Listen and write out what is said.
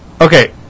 Okay